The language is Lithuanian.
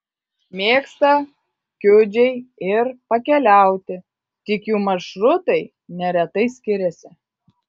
mėgsta kiudžiai ir pakeliauti tik jų maršrutai neretai skiriasi